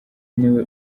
niwe